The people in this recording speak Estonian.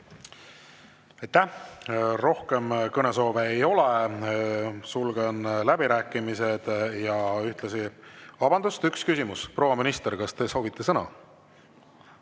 Aitäh! Rohkem kõnesoove ei ole. Sulgen läbirääkimised ja ühtlasi … Vabandust! Üks küsimus. Proua minister, kas te soovite sõna?